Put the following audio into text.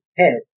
head